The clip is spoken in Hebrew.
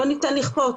לא ניתן לכפות.